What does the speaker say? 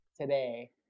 today